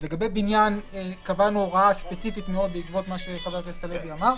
לגבי בניין קבענו הוראה ספציפית מאוד בעקבות מה שחבר הכנסת הלוי אמר,